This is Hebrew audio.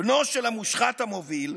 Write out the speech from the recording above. בנו של המושחת המוביל,